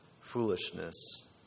foolishness